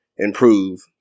Improve